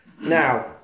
Now